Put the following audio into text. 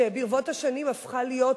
זו היתה ועדת חקירה,